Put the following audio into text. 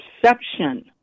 perception